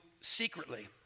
secretly